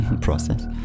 process